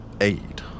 Aid